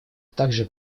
также